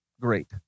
great